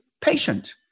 patient